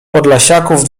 podlasiaków